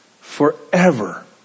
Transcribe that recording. forever